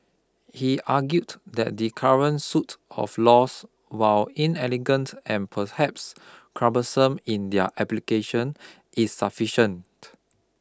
he argued that the current suite of laws while inelegant and perhaps cumbersome in their application is sufficient